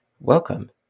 welcome